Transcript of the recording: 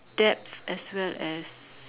depth as well as